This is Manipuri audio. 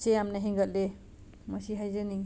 ꯁꯦ ꯌꯥꯝꯅ ꯍꯦꯟꯒꯠꯂꯦ ꯃꯁꯤ ꯍꯥꯏꯖꯅꯤꯡꯉꯤ